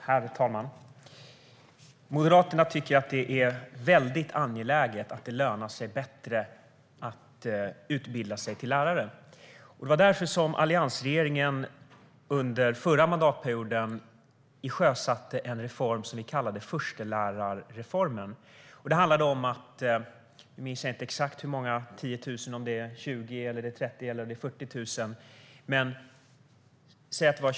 Herr talman! Moderaterna tycker att det är mycket angeläget att det lönar sig bättre att utbilda sig till lärare. Det var därför som alliansregeringen under förra mandatperioden sjösatte en reform som vi kallade förstelärarreformen. Det handlade om att 20 000 förstelärartjänster utlystes. Jag minns inte exakt hur många det var.